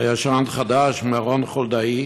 הישן-חדש רון חולדאי